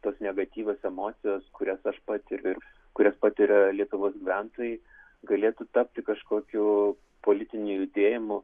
tas negatyvios emocijas kurias aš patiriu kurias patiria lietuvos gyventojai galėtų tapti kažkokiu politiniu judėjimu